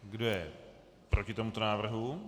Kdo je proti tomuto návrhu.